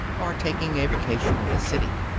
or taking a vacation in the city.